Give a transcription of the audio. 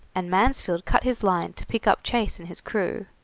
and mansfield cut his line to pick up chase and his crew.